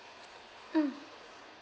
mm